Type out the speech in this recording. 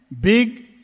big